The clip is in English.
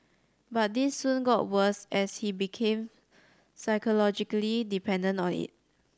but this soon got worse as he became psychologically dependent on it